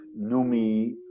Numi